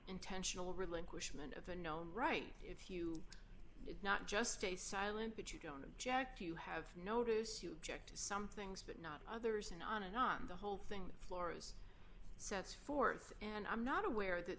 intentional relinquishment of a known right if you did not just stay silent but you don't object you have notice you object to some things but not others and on and on the whole thing floros sets forth and i'm not aware that